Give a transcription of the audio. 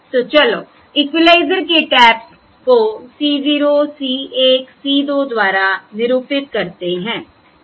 तो चलो इक्विलाइजर के टैप्स को C 0 C 1 C 2 द्वारा निरूपित करते हैं